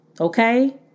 Okay